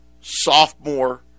sophomore